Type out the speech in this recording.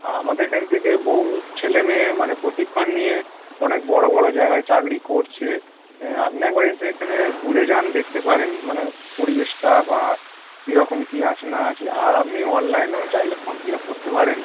আর আমাদের এখান থেকে বহু ছেলে মেয়ে মানে প্রশিক্ষণ নিয়ে অনেক বড়ো বড়ো জায়গায় চাকরি করছে অ্যাঁ আপনি একবার এসে এখানে ঘুরে যান দেখতে পারেন মানে পরিবেশটা বা কীরকম কী আছে না আছে আর আপনি অনলাইনেও চাইলে ফম ফিলাপ করতে পারেন